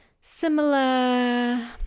similar